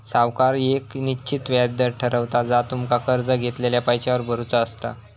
सावकार येक निश्चित व्याज दर ठरवता जा तुमका कर्ज घेतलेल्या पैशावर भरुचा असता